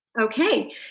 Okay